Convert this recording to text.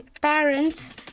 parents